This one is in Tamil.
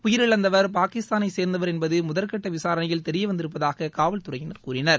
உயிரிழந்தவர் பாகிஸ்தானைச்சேர்ந்தவர் என்பது முதற்கட்ட விசாரணையில் தெரியவந்திருப்பதாக காவல்துறையினர் கூறினர்